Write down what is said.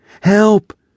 Help